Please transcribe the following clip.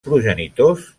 progenitors